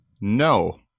No